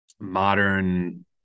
modern